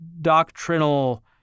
doctrinal